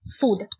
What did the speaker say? food